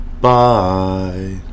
Bye